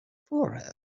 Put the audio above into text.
forehead